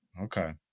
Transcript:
Okay